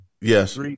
yes